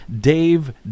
Dave